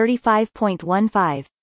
35.15